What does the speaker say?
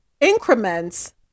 increments